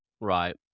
Right